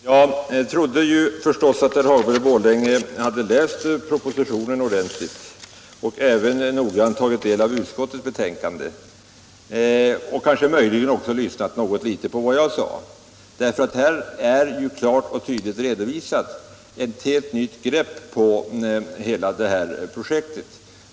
Herr talman! Jag trodde förstås att herr Hagberg i Borlänge hade läst propositionen ordentligt och även noggrant tagit del av utskottets betänkande och kanske möjligen också lyssnat litet på vad jag sade. Här är det klart och tydligt redovisat ett helt nytt grepp om hela projektet.